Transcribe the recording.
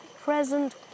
present